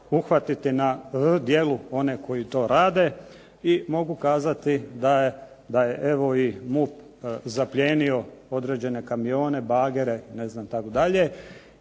uhvatiti na djelu one koji to rade. I mogu kazati da je evo i MUP zaplijenio određene kamione, bagere itd. Jer, radi se